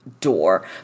Door